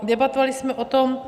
Debatovali jsme o tom.